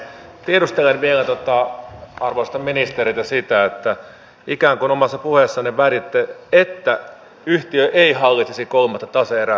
tiedustelen vielä arvoisalta ministeriltä sitä että ikään kuin omassa puheessanne väititte että yhtiö ei hallitsisi kolmatta tase erää